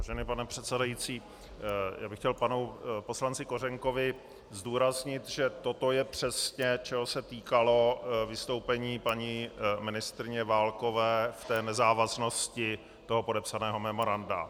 Vážený pane předsedající, já bych chtěl panu poslanci Kořenkovi zdůraznit, že toto je přesně, čeho se týkalo vystoupení paní ministryně Válkové v té nezávaznosti podepsaného memoranda.